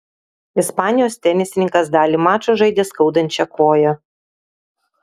ispanijos tenisininkas dalį mačo žaidė skaudančia koja